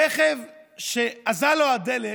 רכב שאזל לו הדלק,